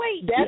wait